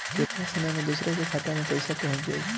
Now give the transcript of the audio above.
केतना समय मं दूसरे के खाता मे पईसा पहुंच जाई?